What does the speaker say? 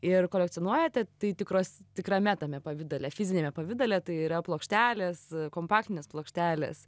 ir kolekcionuojate tai tikros tikrame tame pavidale fiziniame pavidale tai yra plokštelės kompaktinės plokštelės